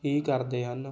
ਹੀ ਕਰਦੇ ਹਨ